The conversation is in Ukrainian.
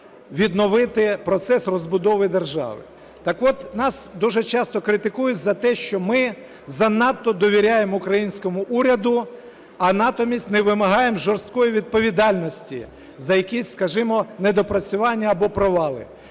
відновити процес розбудови держави. Так от, нас дуже часто критикують за те, що ми занадто довіряємо українському уряду, а натомість не вимагаємо жорсткої відповідальності за якісь, скажімо, недопрацювання або провали.